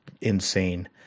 insane